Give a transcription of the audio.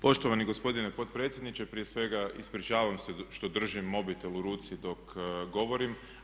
Poštovani gospodine potpredsjedniče, prije svega ispričavam se što držim mobitel u ruci dok govorim.